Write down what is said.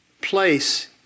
place